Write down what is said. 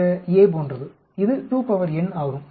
இந்த a போன்றது இது 2n ஆகும்